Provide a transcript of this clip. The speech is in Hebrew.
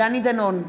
דני דנון,